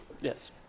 Yes